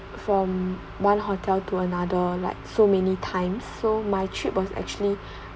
from one hotel to another like so many times so my trip was actually